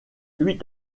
huit